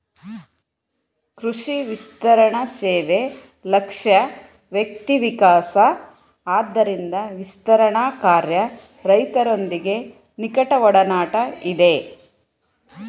ಕೃಷಿ ವಿಸ್ತರಣಸೇವೆ ಲಕ್ಷ್ಯ ವ್ಯಕ್ತಿವಿಕಾಸ ಆದ್ದರಿಂದ ವಿಸ್ತರಣಾಕಾರ್ಯ ರೈತರೊಂದಿಗೆ ನಿಕಟಒಡನಾಟ ಇದೆ